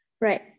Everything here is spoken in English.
Right